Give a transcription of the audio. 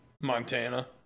Montana